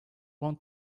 want